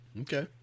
Okay